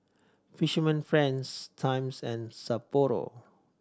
Fisherman Friends Times and Sapporo